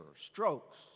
strokes